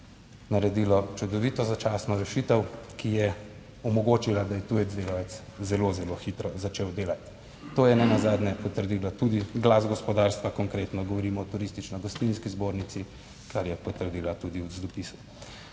naredilo čudovito začasno rešitev, ki je omogočila, da je tujec, delavec zelo, zelo hitro začel delati. To je nenazadnje potrdilo tudi glas gospodarstva, konkretno govorimo o Turistično gostinski zbornici, kar je potrdila tudi z dopisom.